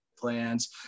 Plans